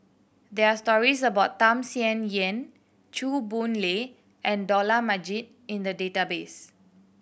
there are stories about Tham Sien Yen Chew Boon Lay and Dollah Majid in the database